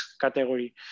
category